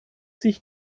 sich